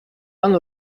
one